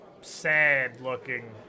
sad-looking